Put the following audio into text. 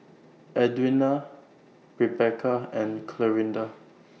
Edwina Rebeca and Clarinda